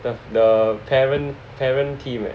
the the parent parent team leh